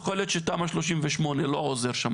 יכול להיות שתמ"א 38 לא עוזר שם,